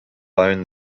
loan